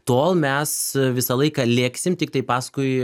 tol mes visą laiką lėksim tiktai paskui